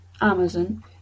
Amazon